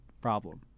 problem